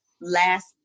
last